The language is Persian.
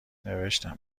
نوشتم